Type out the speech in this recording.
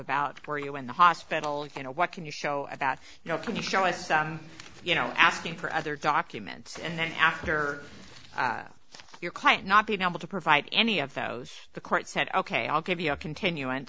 about where you were in the hospital you know what can you show about you know can you show us you know asking for other documents and then after your client not being able to provide any of those the court said ok i'll give you a continu